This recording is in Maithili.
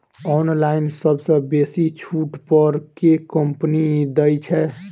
ऑनलाइन सबसँ बेसी छुट पर केँ कंपनी दइ छै?